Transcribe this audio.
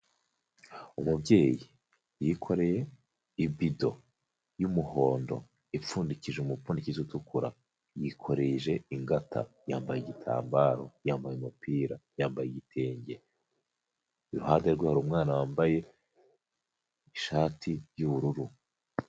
Umubyeyi yikoreye ibido y'umuhondo ipfundikije umupfundikizo utukura. Yikoreje ingata, yambaye igitambaro, yambaye umupira, yambaye igitenge. Iruhande rwe hari umwana wambaye ishati y'ubururu.